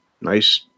nice